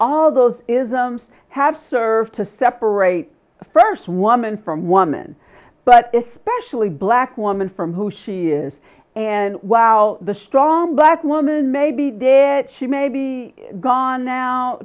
all those isms have served to separate first woman from woman but especially black woman from who she is and while the strong black woman maybe dad she maybe gone now